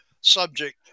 subject